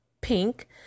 pink